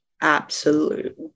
absolute